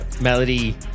Melody